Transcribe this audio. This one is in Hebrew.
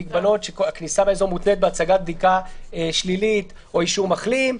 הכניסה לאזור מותנית בהצגת בדיקה שלילית או אישור מחלים,